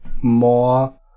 more